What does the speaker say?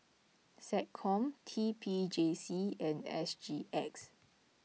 SecCom T P J C and S G X